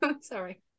sorry